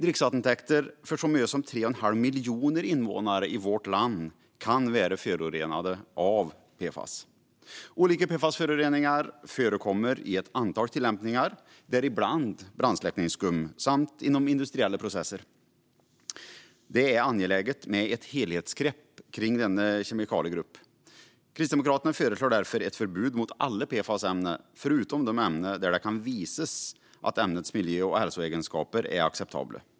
Dricksvattentäkter för så många som 3 1⁄2 miljoner invånare i vårt land kan vara förorenade av PFAS. Olika PFAS-föreningar förekommer i ett antal tillämpningar, däribland brandsläckningsskum samt inom industriella processer. Det är angeläget att ta ett helhetsgrepp om denna kemikaliegrupp. Kristdemokraterna föreslår därför ett förbud mot alla PFAS-ämnen, förutom de ämnen där det kan visas att ämnets miljö och hälsoegenskaper är acceptabla.